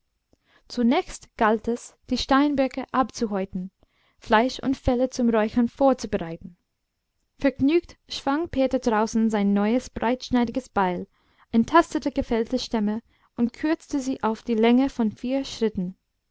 zunächst galt es die steinböcke abzuhäuten fleisch und felle zum räuchern vorzubereiten vergnügt schwang peter draußen sein neues